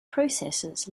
processes